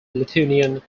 lithuanian